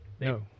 No